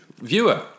Viewer